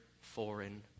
foreign